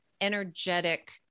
energetic